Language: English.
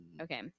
Okay